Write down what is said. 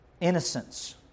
innocence